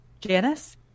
Janice